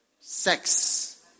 sex